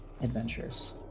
adventures